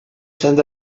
send